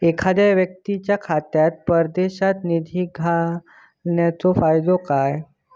एखादो व्यक्तीच्या खात्यात परदेशात निधी घालन्याचो फायदो काय?